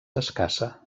escassa